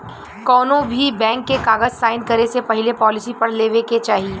कौनोभी बैंक के कागज़ साइन करे से पहले पॉलिसी पढ़ लेवे के चाही